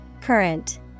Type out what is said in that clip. Current